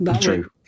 True